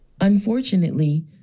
Unfortunately